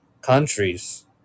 countries